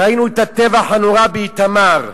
ראינו את הטבח הנורא באיתמר,